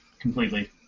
completely